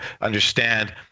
understand